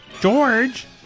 George